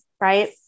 Right